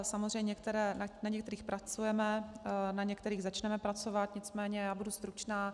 Samozřejmě na některých pracujeme, na některých začneme pracovat, nicméně já budu stručná.